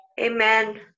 Amen